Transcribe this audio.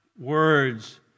words